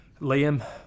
Liam